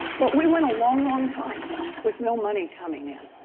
but we went a long long time with no money coming in.